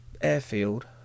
airfield